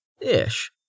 Ish